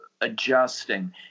adjusting